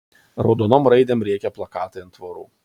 raudonom raidėm rėkė plakatai ant tvorų